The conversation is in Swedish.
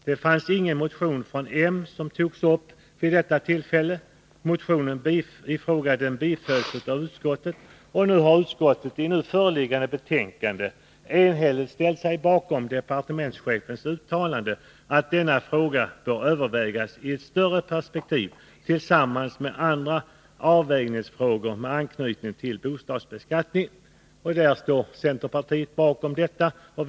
Det fanns ingen motion från moderaterna som behandlades vid det tillfället. Och centermotionen tillstyrktes av utskottet. Nu har utskottet i föreliggande betänkande enhälligt ställt sig bakom departementchefens uttalande att denna fråga bör övervägas ”i ett större perspektiv tillsammans med andra avvägningsfrågor med anknytning till bostadsbeskattningen”. Centerpartiet står bakom detta ställningstagande.